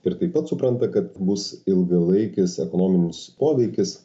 ir taip pat supranta kad bus ilgalaikis ekonominis poveikis